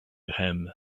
him